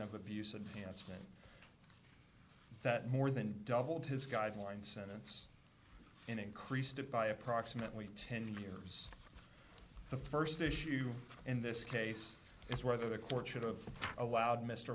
of abuse advancement that more than doubled his guideline sentence and increased it by approximately ten years the st issue in this case is whether the court should of allowed mr